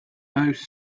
those